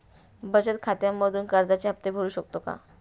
बचत खात्यामधून कर्जाचे हफ्ते भरू शकतो का?